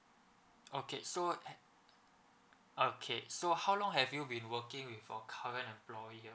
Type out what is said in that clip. okay so okay so how long have you been working with your current employer